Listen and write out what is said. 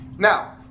Now